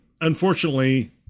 unfortunately